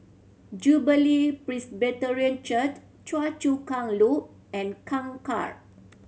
Jubilee Presbyterian Church Choa Chu Kang Loop and Kangkar